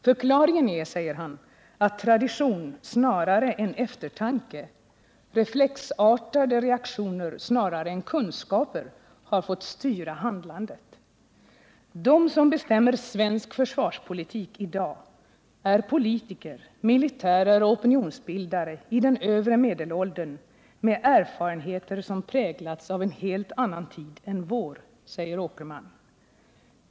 Förklaringen är att tradition snarare än eftertanke, reflexartade reaktioner snarare än kunskaper fått styra handlandet.” De som bestämmer svensk försvarspolitik i dag är politiker, militärer och opinionsbildare i den övre medelåldern med erfarenheter som präglas av en helt annan tid än vår, säger Nordal Åkerman.